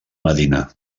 medina